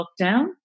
lockdown